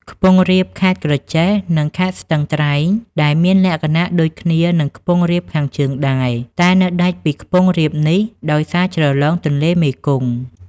ខ្ពង់រាបខេត្តក្រចេះ និង ខេត្តស្ទឹងត្រែងដែលមានលក្ខណៈដូចគ្នានឹង ខ្ពង់រាបខាងជើងដែរ តែនៅដាច់ពីខ្ពង់រាបនេះដោយសារជ្រលងទន្លេមេគង្គ ។